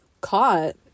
caught